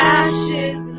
ashes